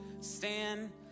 stand